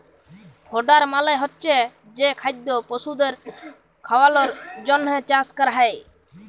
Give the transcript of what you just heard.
fodder মালে হচ্ছে যে খাদ্য পশুদের খাওয়ালর জন্হে চাষ ক্যরা হ্যয়